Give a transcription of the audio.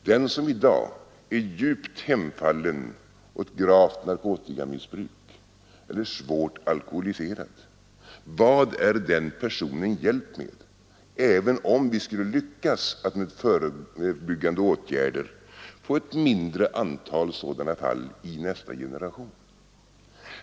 Den som i dag är djupt hemfallen åt gravt narkotikamissbruk eller svårt alkoholiserad, är den personen hjälpt, om vi skulle lyckas att genom förebyggande åtgärder få ett mindre antal sådana fall i nästa generation?